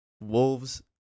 Wolves